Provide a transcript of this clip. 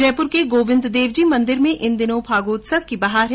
जयपुर के गोविन्द देवजी मंदिर में इन दिनों फागोत्सव की बहार है